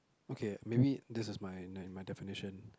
okay maybe this is my n~ my definition